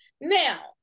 Now